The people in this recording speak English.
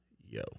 yo